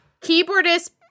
Keyboardist